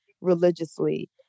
religiously